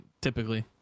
typically